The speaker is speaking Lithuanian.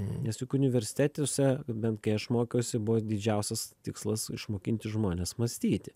nes juk universitetuose bent kai aš mokiausi buvo didžiausias tikslas išmokinti žmones mąstyti